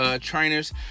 trainers